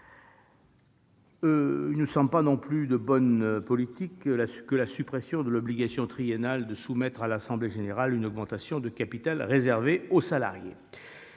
Il ne nous semble pas non plus de bonne politique de supprimer l'obligation triennale de soumettre à l'assemblée générale une augmentation de capital réservée aux salariés.